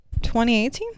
2018